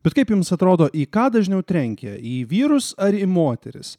bet kaip jums atrodo į ką dažniau trenkia į vyrus ar į moteris